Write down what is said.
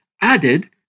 added